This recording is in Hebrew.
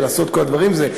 ולעשות את כל הדברים וזה.